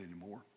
anymore